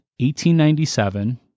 1897